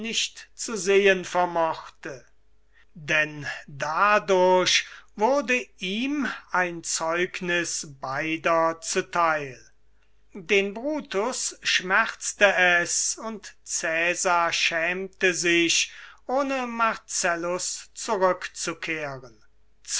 zu sehen vermochte denn dadurch wurde ihn ein zeugniß beider zu theil den brutus schmerzte es und cäsar schämte sich ohne marcellus zurückzukehren